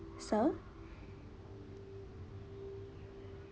sir